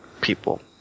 people